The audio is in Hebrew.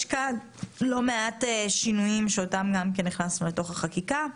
יש לא מעט שינויים שהכנסנו לתוך החקיקה.